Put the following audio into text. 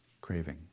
craving